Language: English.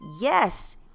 yes